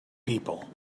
people